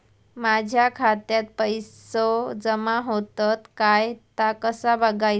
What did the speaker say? माझ्या खात्यात पैसो जमा होतत काय ता कसा बगायचा?